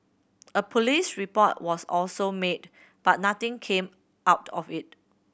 a police report was also made but nothing came out of it